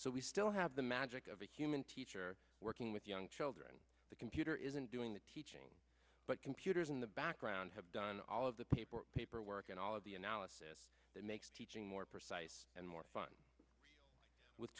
so we still have the magic of a human teacher working with young children the computer isn't doing the teaching but computers in the background have done all of the paperwork paperwork and all of the analysis that makes teaching more precise and more fun with